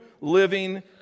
Living